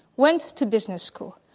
went to business school,